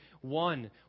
one